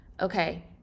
okay